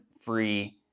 free